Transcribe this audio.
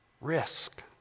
Risk